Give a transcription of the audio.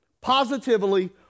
Positively